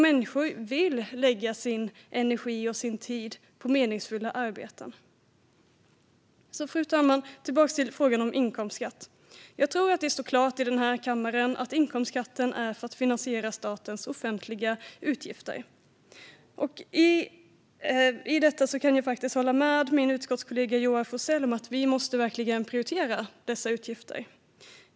Människor vill lägga sin energi och tid på meningsfulla arbeten. Fru talman! Jag går tillbaka till frågan om inkomstskatt. Jag tror det står klart i den här kammaren att inkomstskatten är till för att finansiera statens offentliga utgifter. I detta kan jag hålla med min utskottskollega Joar Forsell om att vi verkligen måste prioritera dessa utgifter.